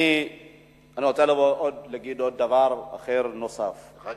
אני רוצה להגיד דבר נוסף, אחר,